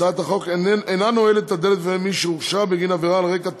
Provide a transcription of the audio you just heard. הצעת החוק אינה נועלת את הדלת בפני מי שהורשע בגין עבירה על רקע טרור,